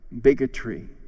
bigotry